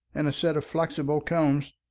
and a set of flexible combs.